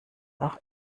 auch